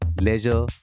leisure